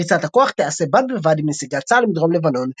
פריסת הכוח תיעשה בד בבד עם נסיגת צה"ל מדרום לבנון,